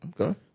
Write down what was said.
Okay